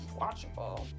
watchable